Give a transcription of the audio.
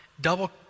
double